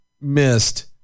missed